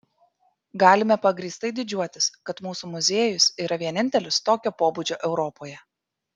galime pagrįstai didžiuotis kad mūsų muziejus yra vienintelis tokio pobūdžio europoje